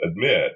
admit